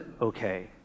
okay